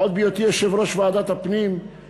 ועוד בהיותי יושב-ראש ועדת הפנים,